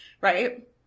right